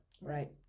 Right